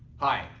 hi,